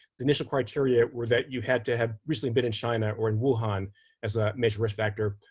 the initial criteria were that you had to have really been in china or in wuhan as a major risk factor.